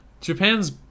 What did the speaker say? Japan's